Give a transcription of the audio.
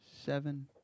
seven